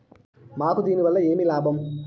మాకు దీనివల్ల ఏమి లాభం